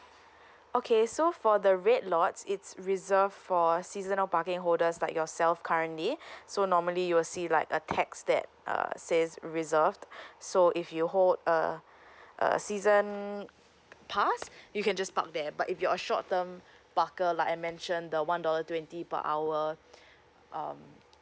okay so for the red lots it's reserved for seasonal parking holders like yourself currently so normally you will see like a text that uh says reserved so if you hold a a season pass you can just park there but if you're a short term parker like I mention the one dollar twenty per hour um